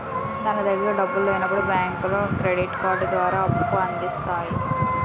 తన దగ్గర డబ్బులు లేనప్పుడు బ్యాంకులో క్రెడిట్ కార్డు ద్వారా అప్పుల అందిస్తాయి